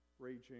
raging